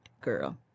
girl